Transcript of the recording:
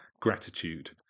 gratitude